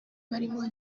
barimo